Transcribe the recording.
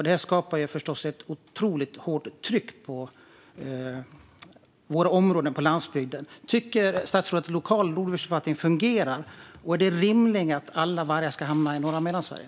Det skapar förstås ett otroligt hårt tryck på våra områden på landsbygden. Tycker statsrådet att lokal rovdjursförvaltning fungerar, och är det rimligt att alla vargar ska hamna i norra Mellansverige?